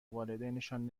والدینشان